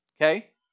Okay